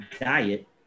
diet